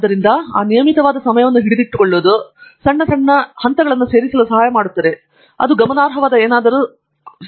ಆದ್ದರಿಂದ ಆ ನಿಯಮಿತವಾದ ಸಮಯವನ್ನು ಹಿಡಿದಿಟ್ಟುಕೊಳ್ಳುವುದು ಆ ಸಣ್ಣ ಸಣ್ಣ ಹಂತಗಳನ್ನು ಸೇರಿಸಲು ಸಹಾಯ ಮಾಡುತ್ತದೆ ಮತ್ತು ಅದು ಗಮನಾರ್ಹವಾದ ಏನಾದರೂ ಸೇರಿಸುತ್ತದೆ